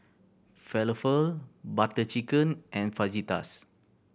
Falafel Butter Chicken and Fajitas